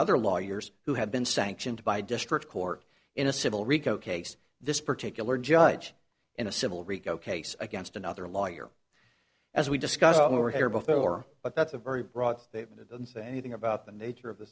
other lawyers who have been sanctioned by district court in a civil rico case this particular judge in a civil rico case against another lawyer as we discussed over here before but that's a very broad statement it doesn't say anything about the nature of the